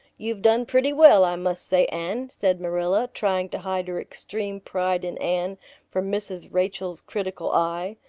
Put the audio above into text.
you've done pretty well, i must say, anne, said marilla, trying to hide her extreme pride in anne from mrs. rachel's critical eye.